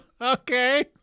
Okay